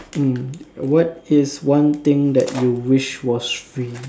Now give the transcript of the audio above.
mm what is one thing that you wish was free